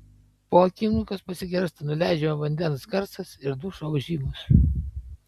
po akimirkos pasigirsta nuleidžiamo vandens garsas ir dušo ūžimas